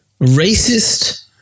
racist